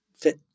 fit